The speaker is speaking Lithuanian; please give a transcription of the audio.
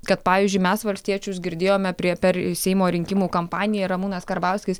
kad pavyzdžiui mes valstiečius girdėjome prie per seimo rinkimų kampaniją ramūnas karbauskis